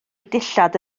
dillad